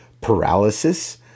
paralysis